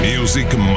Music